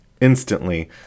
Instantly